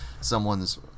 someone's